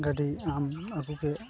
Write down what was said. ᱜᱟᱹᱰᱤ ᱟᱢ ᱟᱜᱹᱩ ᱠᱮᱫ